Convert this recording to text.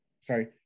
sorry